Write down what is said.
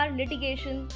litigation